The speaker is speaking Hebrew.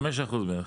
5% בערך.